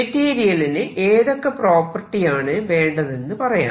മെറ്റീരിയലിന് ഏതൊക്കെ പ്രോപ്പർട്ടി ആണ് വേണ്ടതെന്ന് പറയാം